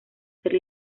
ser